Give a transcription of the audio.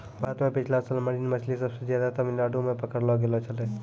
भारत मॅ पिछला साल मरीन मछली सबसे ज्यादे तमिलनाडू मॅ पकड़लो गेलो छेलै